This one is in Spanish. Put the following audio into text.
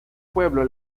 pueblo